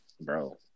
bro